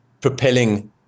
Propelling